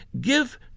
give